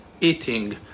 eating